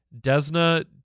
desna